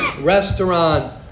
restaurant